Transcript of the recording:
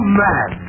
mad